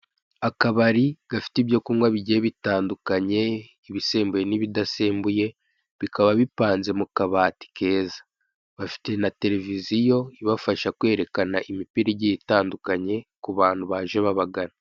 Akabari gafite ibyo kunywa bigiye bitandukanye: ibisembuye n'ibidasembuye, bikaba bipanze mu kabati keza, bafite na televiziyo ibafasha kwerekana imipira igiye itandukanye ku bantu baje babagana.